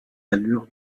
allures